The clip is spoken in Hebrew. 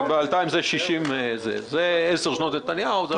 וב-2017 זה 60. זה עשר שנות נתניהו.